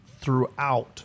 throughout